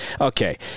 Okay